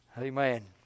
Amen